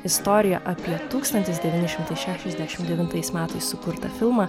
istorija apie tūkstantis devyni šimtai šešiasdešimt devintais metais sukurtą filmą